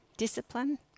Discipline